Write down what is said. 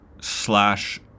slash